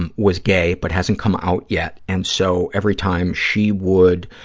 and was gay but hasn't come out yet, and so every time she would